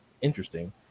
interesting